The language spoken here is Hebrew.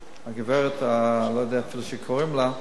הגברת שאני לא יודע איך קוראים לה,